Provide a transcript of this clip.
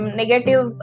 negative